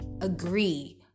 agree